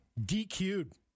DQ'd